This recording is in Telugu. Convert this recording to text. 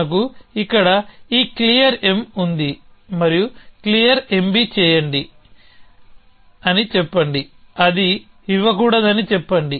మనకు ఇక్కడ ఈ clear ఉంది మరియు క్లియర్ MB చేయండి అని చెప్పండి అది ఇవ్వకూడదని చెప్పండి